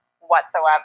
whatsoever